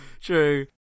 True